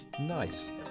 Nice